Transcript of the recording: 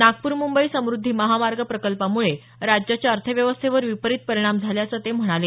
नागपूर मुंबई समुद्धी महामार्ग प्रकल्पामुळे राज्याच्या अर्थव्यवस्थेवर विपरित परिणाम झाल्याचं ते म्हणाले